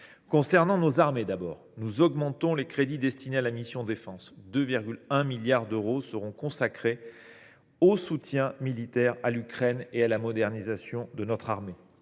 Concernant nos armées, d’abord, nous augmentons les crédits destinés à la mission « Défense »: 2,1 milliards d’euros seront consacrés au soutien militaire à l’Ukraine et à la modernisation de notre armée.